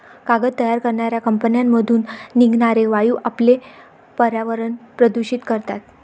कागद तयार करणाऱ्या कंपन्यांमधून निघणारे वायू आपले पर्यावरण प्रदूषित करतात